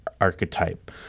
archetype